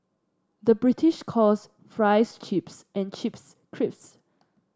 the British calls fries chips and chips crisps